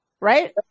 right